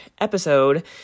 episode